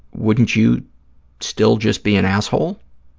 wouldn't you still just be an asshole?